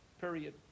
Period